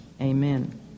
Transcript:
Amen